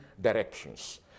directions